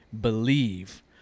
believe